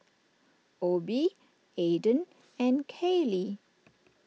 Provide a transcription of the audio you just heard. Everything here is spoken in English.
Obie Ayden and Kayley